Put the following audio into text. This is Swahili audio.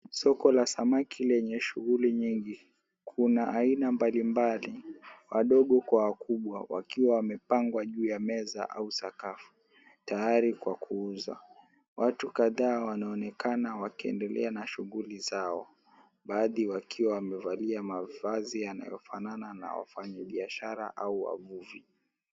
Soko la samaki lenye shughuli nyingi, kuna aina mbalimbali wadogo kwa wakubwa wakiwa wamepangwa juu ya meza au sakafu tayari kwa kuuzwa. Watu kadhaa wanaonekana wakiendelea na shughuli zao baadhi wakiwa wamevalia mavazi yanayofanana na wafanyibiashara au wavuvi.